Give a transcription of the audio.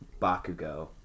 Bakugo